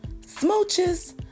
Smooches